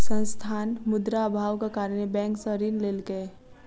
संस्थान, मुद्रा अभावक कारणेँ बैंक सॅ ऋण लेलकै